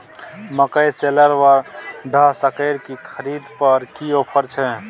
मकई शेलर व डहसकेर की खरीद पर की ऑफर छै?